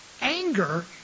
Anger